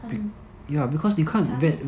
很很长 leh